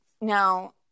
Now